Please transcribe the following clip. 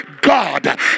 God